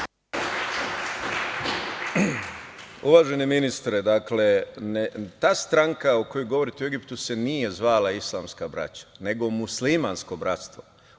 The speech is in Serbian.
Uvaženi ministre, ta stranka o kojoj govorite u Egiptu se nije zvala Islamska braća, nego Muslimansko bratstvo.